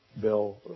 Bill